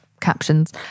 captions